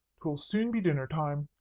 twill soon be dinner-time.